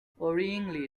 worryingly